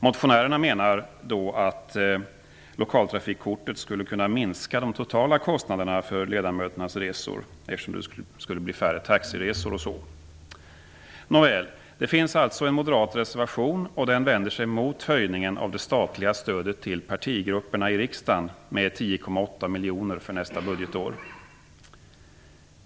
Motionärerna menar att lokaltrafikkortet skulle kunna minska de totala kostnaderna för ledamöternas resor, eftersom det bl.a. Det finns en moderat reservation som vänder sig mot höjningen av det statliga stödet till partigrupperna i riksdagen med 10,8 miljoner för nästa budgetår.